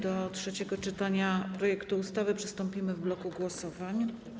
Do trzeciego czytania projektu ustawy przystąpimy w bloku głosowań.